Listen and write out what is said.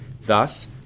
thus